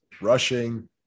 rushing